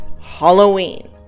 Halloween